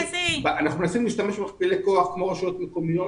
ואנחנו מנסים להשתמש במכפילי כוח כמו רשויות מקומיות